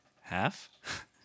half